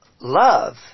love